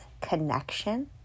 connection